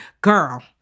Girl